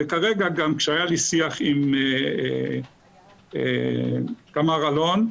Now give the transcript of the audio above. וכרגע גם כשהיה לי שיח עם תמר אלון,